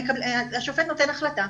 השופט נותן החלטה,